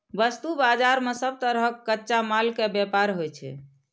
वस्तु बाजार मे सब तरहक कच्चा माल के व्यापार होइ छै